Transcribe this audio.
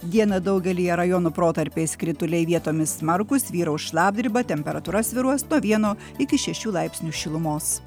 dieną daugelyje rajonų protarpiais krituliai vietomis smarkūs vyraus šlapdriba temperatūra svyruos nuo vieno iki šešių laipsnių šilumos